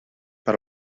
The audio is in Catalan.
per